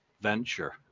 venture